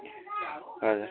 हजुर